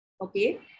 Okay